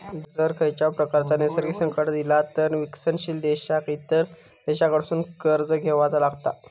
जर खंयच्याव प्रकारचा नैसर्गिक संकट इला तर विकसनशील देशांका इतर देशांकडसून कर्ज घेवचा लागता